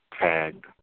Tagged